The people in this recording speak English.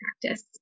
practice